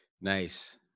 Nice